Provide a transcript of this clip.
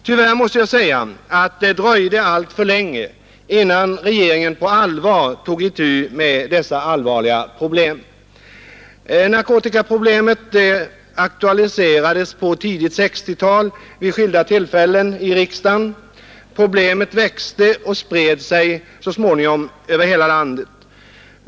Tyvärr måste jag säga att det dröjde alltför länge innan regeringen på allvar tog itu med dessa svåra frågor. Narkotikaproblemet aktualiserades tidigt på 1960-talet vid skilda tillfällen i riksdagen, problemet växte och spred sig så småningom över hela landet.